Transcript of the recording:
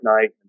night